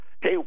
hey